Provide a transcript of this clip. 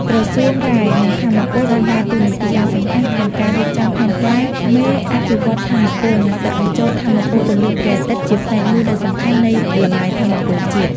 ក្រសួងរ៉ែ និងថាមពលបានដើរតួនាទីយ៉ាងសំខាន់ក្នុងការរៀបចំផែនការមេអភិវឌ្ឍន៍ថាមពល និងដាក់បញ្ចូលថាមពលពន្លឺព្រះអាទិត្យជាផ្នែកមួយដ៏សំខាន់នៃល្បាយថាមពលជាតិ។